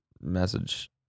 message